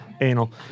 anal